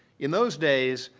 in those days,